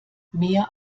mehr